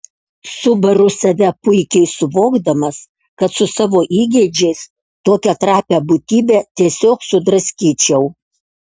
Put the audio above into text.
subaru save puikiai suvokdamas kad su savo įgeidžiais tokią trapią būtybę tiesiog sudraskyčiau